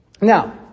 Now